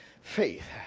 faith